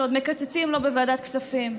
שעוד מקצצים לו בוועדת הכספים.